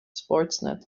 sportsnet